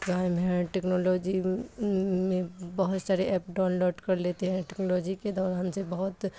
time ہے technology میں بہت سارے ایپ ڈاؤن لوڈ کر لیتے ہیں ٹیکنالوجی کے دوران سے بہت